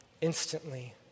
Instantly